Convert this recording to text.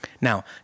Now